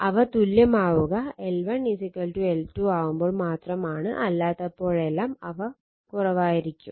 അവ തുല്യമാവുക L1 L2 ആവുമ്പോൾ മാത്രമാണ് അല്ലാത്തപ്പോഴെല്ലാം അവ കുറവായിരിക്കും